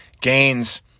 gains